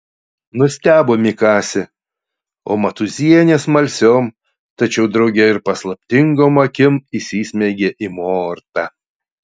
nustebo mikasė o matūzienė smalsiom tačiau drauge ir paslaptingom akim įsismeigė į mortą